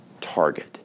target